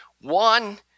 One